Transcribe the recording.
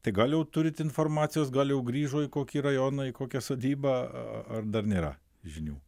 tai gal jau turit informacijos gal jau grįžo į kokį rajoną į kokią sodybą ar dar nėra žinių